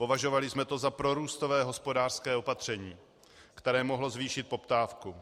Považovali jsme to za prorůstové hospodářské opatření, které mohlo zvýšit poptávku.